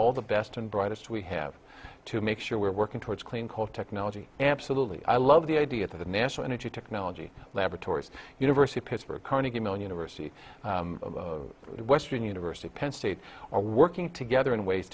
all the best and brightest we have to make sure we're working towards clean coal technology absolutely i love the idea that a national energy technology laboratories university pittsburgh carnegie mellon university western university penn state are working together in ways